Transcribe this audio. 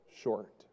short